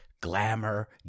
glamour